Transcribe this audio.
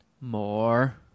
more